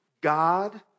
God